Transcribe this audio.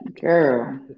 Girl